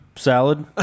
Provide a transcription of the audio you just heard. salad